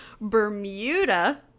bermuda